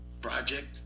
project